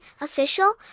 Official